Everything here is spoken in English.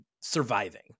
surviving